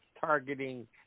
targeting